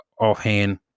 offhand